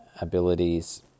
abilities